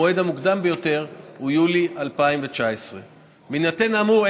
המועד המוקדם ביותר הוא יולי 2019. בהינתן האמור,